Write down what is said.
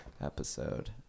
episode